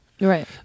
Right